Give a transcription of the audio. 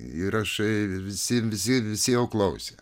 įrašai visi visi visi jau klausė